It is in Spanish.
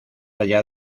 allá